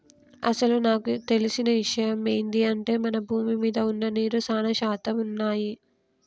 అసలు నాకు తెలిసిన ఇషయమ్ ఏంది అంటే మన భూమి మీద వున్న నీరు సానా శాతం వున్నయ్యి